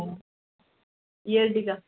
Ertiga